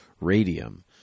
radium